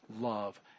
love